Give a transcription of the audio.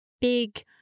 big